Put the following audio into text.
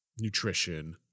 nutrition